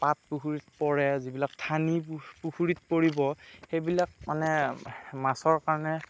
পাত পুখুৰিত পৰে যিবিলাক ঠানি পুখুৰিত পৰিব সেইবিলাক মানে মাছৰ কাৰণে